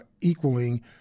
equaling